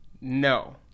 No